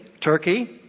Turkey